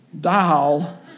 dial